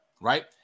right